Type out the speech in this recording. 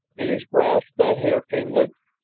in his grasp that hair came loose,